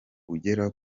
ugera